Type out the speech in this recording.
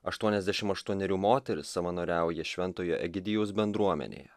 aštuoniasdešimt aštuonerių moteris savanoriauja šventojo egidijaus bendruomenėje